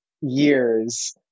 years